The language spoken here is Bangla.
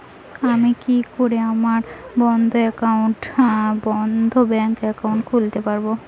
আমি কি করে আমার বন্ধ ব্যাংক একাউন্ট খুলতে পারবো?